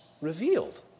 revealed